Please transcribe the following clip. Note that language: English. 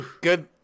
Good